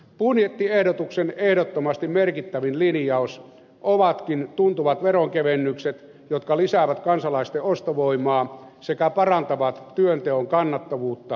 budjettiehdotuksen ehdottomasti merkittävin linjaus ovatkin tuntuvat veronkevennykset jotka lisäävät kansalaisten ostovoimaa sekä parantavat työnteon kannattavuutta ja kannustavuutta